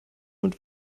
und